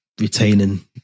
retaining